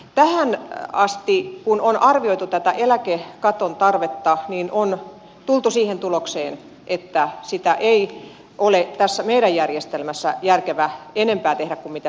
tähän asti kun on arvioitu tätä eläkekaton tarvetta on tultu siihen tulokseen että sitä ei ole tässä meidän järjestelmässä järkevää enempää tehdä kuin mitä se nyt on